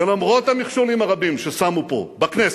ולמרות המכשולים הרבים ששמו פה, בכנסת,